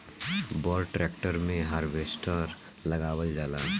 बड़ ट्रेक्टर मे हार्वेस्टर लगावल जाला